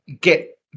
get